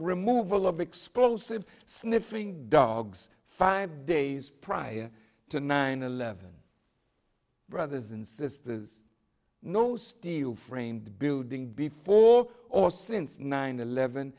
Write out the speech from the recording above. removal of explosive sniffing dogs five days prior to nine eleven brothers and sisters no steel framed building before or since nine eleven